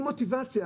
עם מוטיבציה,